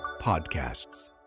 Podcasts